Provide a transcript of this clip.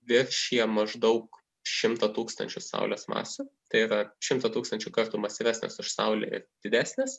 viršija maždaug šimtą tūkstančių saulės masių tai yra šimtą tūkstančių kartų masyvesnės už saulę ir didesnės